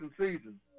season